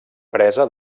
presa